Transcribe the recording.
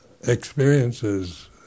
experiences